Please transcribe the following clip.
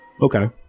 Okay